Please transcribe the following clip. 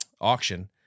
auction